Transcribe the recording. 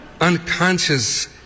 unconscious